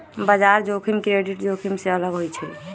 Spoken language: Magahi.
बजार जोखिम क्रेडिट जोखिम से अलग होइ छइ